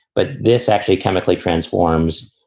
but this actually chemically transforms.